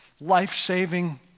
life-saving